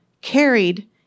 carried